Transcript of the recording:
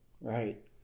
right